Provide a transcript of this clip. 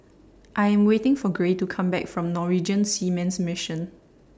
I Am waiting For Gray to Come Back from Norwegian Seamen's Mission